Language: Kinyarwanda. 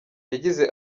yagize